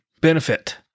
benefit